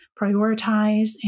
prioritize